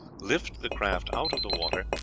lift the craft out of the water,